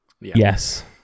yes